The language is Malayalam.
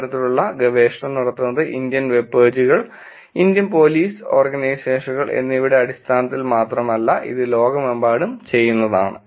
ഇത്തരത്തിലുള്ള ഗവേഷണം നടത്തുന്നത് ഇന്ത്യൻ വെബ്പേജുകൾ ഇന്ത്യൻ പോലീസ് ഓർഗനൈസേഷനുകൾ എന്നിവയുടെ അടിസ്ഥാനത്തിൽ മാത്രമല്ല ഇത് ലോകമെമ്പാടും ചെയ്യുന്നതാണ്